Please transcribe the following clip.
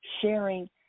sharing